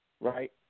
right